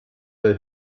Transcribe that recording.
der